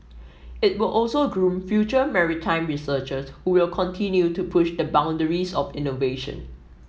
it will also groom future maritime researchers who will continue to push the boundaries of innovation